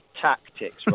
tactics